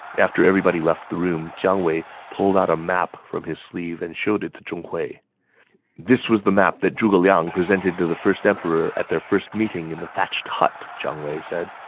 after everybody left the room, jiang wei pulled out a map from his sleeve and showed it to zhong hui this was the map that zhuge liang presented to the first emperor at their first meeting in the thatched hut, jiang wei said.